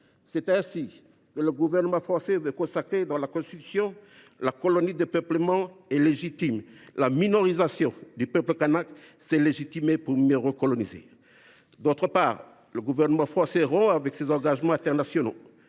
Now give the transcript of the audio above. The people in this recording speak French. C’est ainsi que le gouvernement français veut consacrer dans la Constitution la colonie de peuplement et légitimer la « minorisation » du peuple kanak : c’est légitimer pour mieux recoloniser. Par ailleurs, le gouvernement français rompt avec ses engagements internationaux.